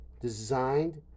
designed